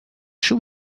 shall